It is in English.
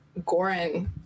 Goran